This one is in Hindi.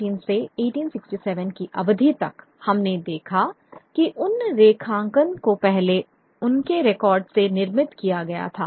1818 से 1867 की अवधि तक हमने देखा कि उन रेखांकन को पहले उनके रिकॉर्ड से निर्मित किया गया था